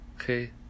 Okay